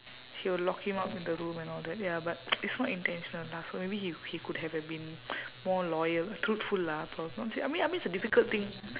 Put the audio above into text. he will lock him up in the room and all that ya but it's not intentional lah so maybe he he could have have have been more loyal truthful lah prob~ not say I mean I mean it's a difficult thing